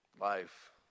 Life